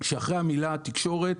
שאחרי המילה תקשורת,